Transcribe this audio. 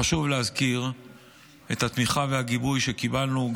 חשוב להזכיר את התמיכה והגיבוי שקיבלנו,